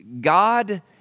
God